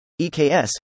EKS